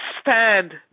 stand